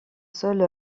sol